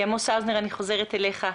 אני חוזרת אל עמוס האוזנר.